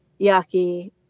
Yaki